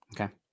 Okay